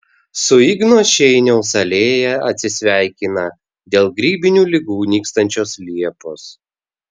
su igno šeiniaus alėja atsisveikina dėl grybinių ligų nykstančios liepos